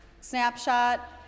snapshot